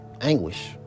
anguish